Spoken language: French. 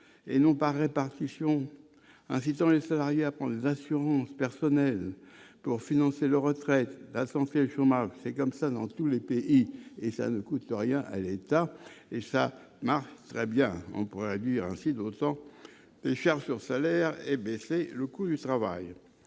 et non par répartition, invitant les salariés à prendre les assurances personnelles pour financer leur retraite la santé Jean-Marc, c'est comme ça dans tous les pays, et ça ne coûte rien à et ça marche très bien, on pourrait réduire ainsi d'autant les charges sur salaires et baisser le coût, il travaille